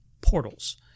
Portals